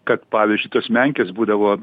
kad pavyzdžiui tos menkės būdavo